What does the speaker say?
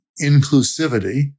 inclusivity